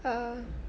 err